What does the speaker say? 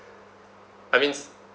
I mean